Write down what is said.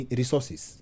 resources